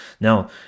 now